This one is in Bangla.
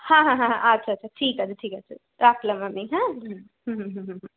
হ্যাঁ হ্যাঁ হ্যাঁ হ্যাঁ আচ্ছা আচ্ছা ঠিক আছে ঠিক আছে রাখলাম আমি হ্যাঁ হুম হুম হুম হুম হুম হুম